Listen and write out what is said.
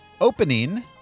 Opening